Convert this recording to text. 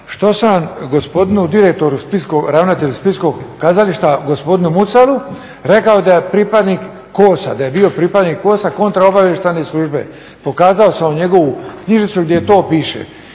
što sam gospodinu direktoru, ravnatelju Splitskog kazališta gospodinu Mucalu rekao da je pripadnik KOS-a, da je bio pripadnik KOS-a Kontra obavještajne službe. Pokazao sam vam njegovu knjižicu gdje to piše